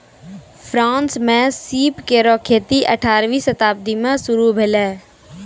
France म सीप केरो खेती अठारहवीं शताब्दी में शुरू भेलै